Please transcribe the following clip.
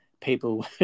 people